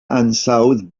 ansawdd